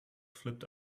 flipped